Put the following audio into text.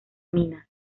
minas